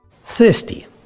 Thirsty